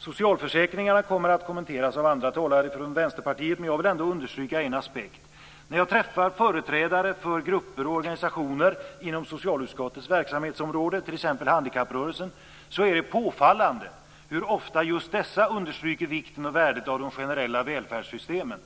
Socialförsäkringarna kommer att kommenteras av andra talare från Vänsterpartiet, men jag vill ändå understryka en aspekt. När jag träffar företrädare för grupper och organisationer inom socialutskottets verksamhetsområde, t.ex. handikapprörelsen, är det påfallande hur ofta just dessa understryker vikten och värdet av de generella välfärdssystemen.